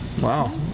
Wow